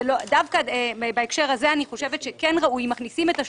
דווקא בהקשר הזה אני חושבת שכן ראוי אם מכניסים את השופט,